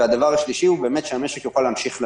והדבר השלישי הוא שהמשק יוכל להמשיך לנוע.